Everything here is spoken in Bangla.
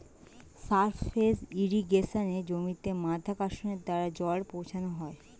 সারফেস ইর্রিগেশনে জমিতে মাধ্যাকর্ষণের দ্বারা জল পৌঁছানো হয়